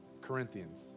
Corinthians